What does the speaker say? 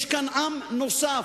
יש כאן עם נוסף,